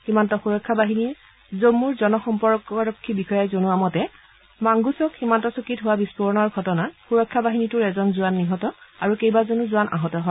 সীমান্ত সুৰক্ষা বাহিনীৰ জম্মুৰ জনসম্পৰ্কৰক্ষী বিষয়াই জনোৱা মচে মাংগুচক সীমান্ত চকীত হোৱা বিস্ফোৰণৰ ঘটনাত সুৰক্ষা বাহিনীটোৰ এজন জোৱান নিহত আৰু কেইবাজনো জোৱান আহত হয়